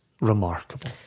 remarkable